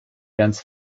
ganz